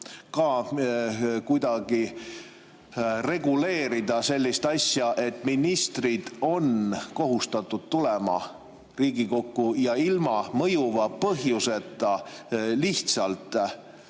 ka kuidagi reguleerida sellist asja, et ministrid on kohustatud tulema Riigikokku ja ilma mõjuva põhjuseta lihtsalt mitte